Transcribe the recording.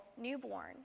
newborn